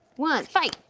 one, fight.